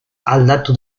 aldatu